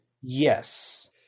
Yes